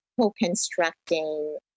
co-constructing